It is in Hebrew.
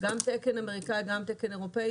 גם תקן אמריקאי וגם תקן אירופי,